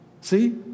See